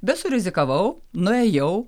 bet surizikavau nuėjau